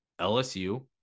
LSU